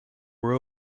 were